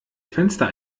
fenster